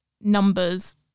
numbers